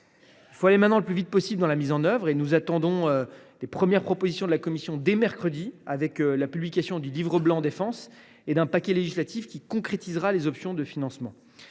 Il faut aller maintenant le plus vite possible dans la mise en œuvre. Nous attendons les premières propositions de la Commission, qui auront lieu dès mercredi, lors de la publication d’un livre blanc sur la défense et d’un paquet législatif qui concrétisera les options de financement.